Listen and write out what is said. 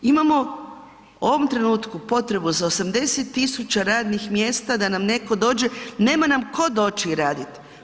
Imamo u ovom trenutku potrebu za 80 tisuća radnih mjesta da nam netko dođe, nema nam tko doći raditi.